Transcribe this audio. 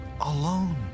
alone